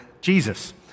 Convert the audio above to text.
Jesus